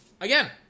again